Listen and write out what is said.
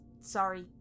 sorry